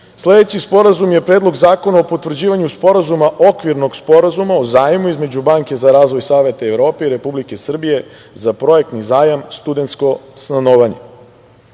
sporazum je Predlog zakona o potvrđivanju Sporazuma okvirnog Sporazuma o zajmu između Banke za razvoj Saveta Evrope i Republike Srbije za projektni zajam „studentsko stanovanje“.Znači,